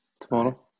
tomorrow